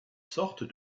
sorte